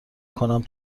کنم